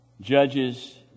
Judges